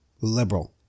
liberal